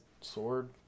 sword